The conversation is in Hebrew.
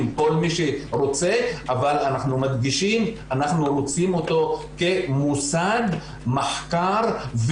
אנחנו מדברים על מוסד אקדמאי שייתן תואר ראשון,